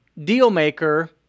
dealmaker